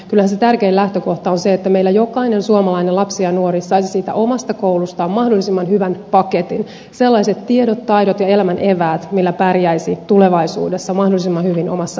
kyllähän se tärkein lähtökohta on se että meillä jokainen suomalainen lapsi ja nuori saisi omasta koulustaan mahdollisimman hyvän paketin sellaiset tiedot taidot ja elämän eväät millä pärjäisi tulevaisuudessa mahdollisimman hyvin omassa elämässään